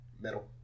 metal